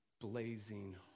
blazing